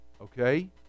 Okay